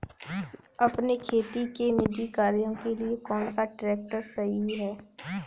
अपने खेती के निजी कार्यों के लिए कौन सा ट्रैक्टर सही है?